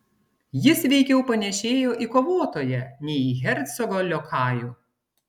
jis veikiau panėšėjo į kovotoją nei į hercogo liokajų